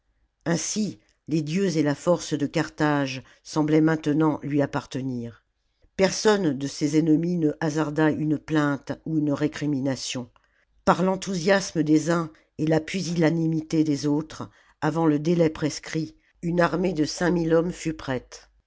ainsi les dieux et la force de carthage semblaient maintenant lui appartenir personne de ses ennemis ne hasarda une plainte ou une récrimination par l'enthousiasme des uns et la pusillanimité des autres avant le délai prescrit une armée de cinq mille hommes fut prête